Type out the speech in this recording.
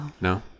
No